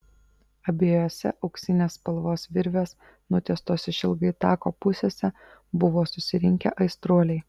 abiejose auksinės spalvos virvės nutiestos išilgai tako pusėse buvo susirinkę aistruoliai